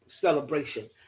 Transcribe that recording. celebration